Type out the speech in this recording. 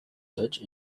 search